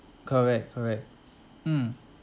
correct correct mm